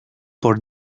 por